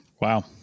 Wow